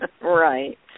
right